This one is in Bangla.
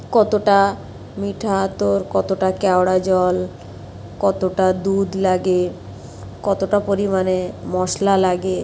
কতোটা মিঠা আতর কতোটা কেওড়া জল কতোটা দুধ লাগে কতোটা পরিমাণে মশলা লাগে